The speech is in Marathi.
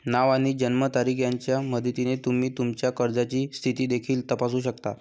नाव आणि जन्मतारीख यांच्या मदतीने तुम्ही तुमच्या कर्जाची स्थिती देखील तपासू शकता